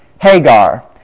Hagar